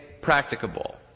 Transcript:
practicable